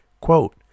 Quote